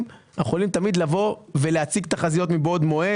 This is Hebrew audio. תמיד לבוא ולהציג תחזיות מבעוד מועד.